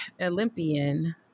olympian